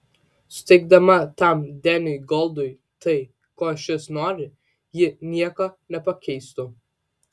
suteikdama tam deniui goldui tai ko šis nori ji nieko nepakeistų